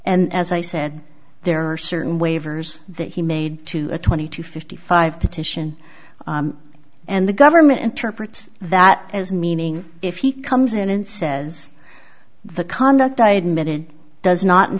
and as i said there are certain waivers that he made to a twenty to fifty five petition and the government interprets that as meaning if he comes in and says the conduct i admitted does not in